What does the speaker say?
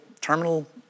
terminal